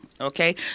Okay